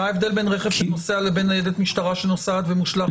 מה ההבדל בין רכב שנוסע לבין ניידת משטרה שנוסעת ומושלכת לעברה אבן?